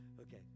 okay